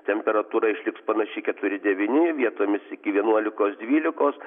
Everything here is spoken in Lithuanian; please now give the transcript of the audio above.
temperatūra išliks panaši keturi devyni vietomis iki vienuolikos dvylikos